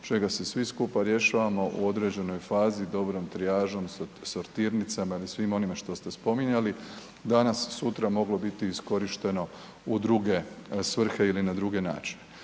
čega se svi skupa rješavamo u određenoj fazi i dobrom trijažom, sortirnicama ili svim onime što ste spominjali danas sutra moglo biti iskorišteno u druge svrhe ili na druge načine